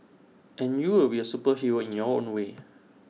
and you will be A superhero in your own way